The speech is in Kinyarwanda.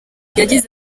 yagize